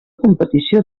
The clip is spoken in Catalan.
competició